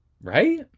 Right